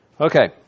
Okay